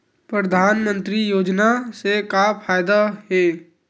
परधानमंतरी योजना से का फ़ायदा हे?